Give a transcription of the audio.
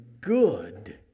good